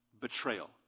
betrayal